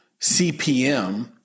CPM